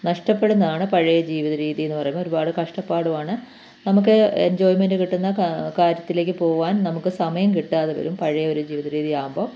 നഷ്ടപ്പെടുന്നാണ് പഴയ ജീവിത രീതിയെന്നു പറയുന്നത് ഒരുപാട് കഷ്ടപ്പാടുമാണ് നമുക്ക് എഞ്ചോയ്മെൻറ്റ് കിട്ടുന്ന ക കാര്യത്തിലേക്കു പോകാൻ നമുക്ക് സമയം കിട്ടാതെ വരും പഴയൊരു ജീവിത രീതിയാകുമ്പം